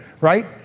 Right